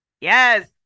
yes